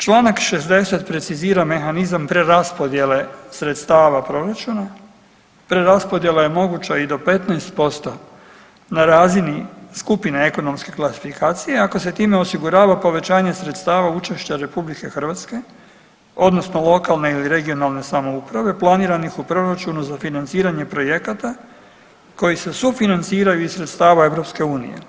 Čl. 60 precizira mehanizam preraspodjele sredstava proračuna, preraspodjela je moguća i do 15% na razini skupine ekonomske klasifikacije, ako se time osigurava povećanje sredstava učešća RH odnosno lokalne i regionalne samouprave planiranih u proračunu za financiranje projekata koji se sufinanciraju iz sredstava EU.